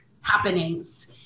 happenings